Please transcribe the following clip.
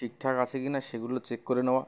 ঠিক ঠাক আছে কি না সেগুলো চেক করে নেওয়া